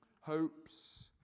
Hopes